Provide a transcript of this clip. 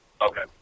okay